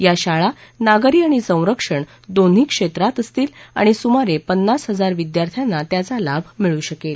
या शाळा नागरी आणि संरक्षण दोन्ही क्षेत्रात असतील आणि सुमारे पन्नास हजार विद्यार्थ्यांना त्याचा लाभ मिळू शकेल